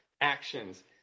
actions